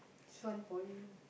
this one for you